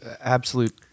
absolute